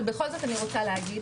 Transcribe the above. אבל אני בכל זאת אני רוצה להגיד.